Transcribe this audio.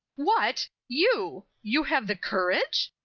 what! you! you have the courage?